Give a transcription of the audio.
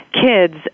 kids